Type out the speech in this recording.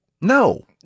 No